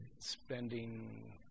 spending